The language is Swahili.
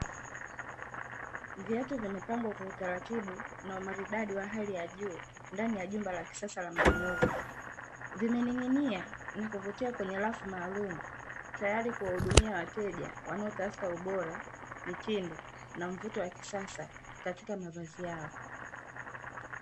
Viatu vimepangwa kwa utaratibu na umaridadi wa hali ya juu ndani ya jumba la kisasa la manunuzi, zimening'inia na kuvutia kwenye rafu maalum tayari kuwahudumia wateja wanaotafuta ubora mitindo na mvuto wa kisasa katika mavazi yao .